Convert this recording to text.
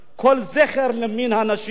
כל זכר למין הנשי.